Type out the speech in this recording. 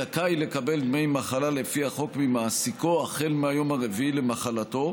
זכאי לקבל דמי מחלה לפי החוק ממעסיקו החל מהיום הרביעי למחלתו.